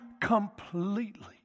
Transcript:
completely